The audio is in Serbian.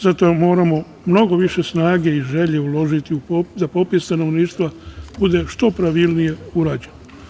Zato moramo mnogo više snage i želje uložiti da popis stanovništva bude što pravilnije urađen.